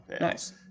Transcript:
Nice